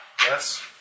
Yes